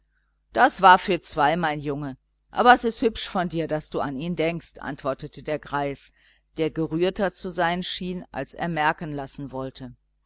das war für zwei mein junge aber es ist hübsch von dir daß du an ihn denkst antwortete der greis der gerührter zu sein schien als er merken lassen wollte